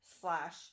slash